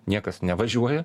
niekas nevažiuoja